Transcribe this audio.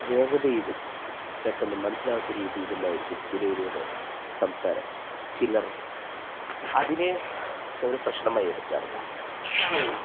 വേഗതയിലും പെട്ടെന്ന് മനസ്സിലാവാത്ത രീതിയിലുമായിരിക്കും ചിലരുയുടെ സംസാരം ചിലർ അതിനെ ഒരു പ്രശ്നമായി എടുക്കാറില്ല